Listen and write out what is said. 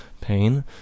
pain